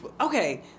Okay